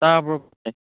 ꯇꯥꯕ꯭ꯔꯣ ꯚꯥꯏ